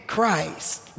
Christ